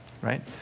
right